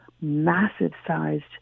massive-sized